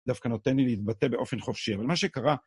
דווקא נותן לי להתבטא באופן חופשי, אבל מה שקרה...